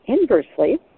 inversely